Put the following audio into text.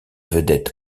vedette